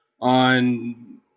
on